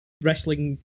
wrestling